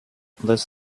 this